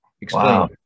Explain